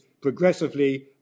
progressively